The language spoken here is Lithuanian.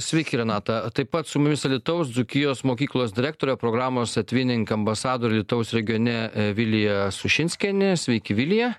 sveiki renata taip pat su mumis alytaus dzūkijos mokyklos direktorė programos atvinink ambasadorė alytaus regione vilija sušinskienė sveiki vilija